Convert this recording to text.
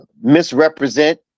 misrepresent